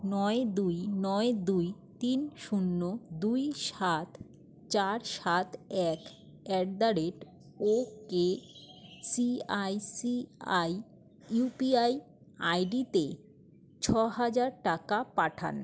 নয় দুই নয় দুই তিন শূন্য দুই সাত চার সাত এক at the rate ok ICICI UPI আইডিতে ছহাজার টাকা পাঠান